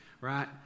right